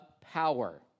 power